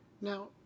Now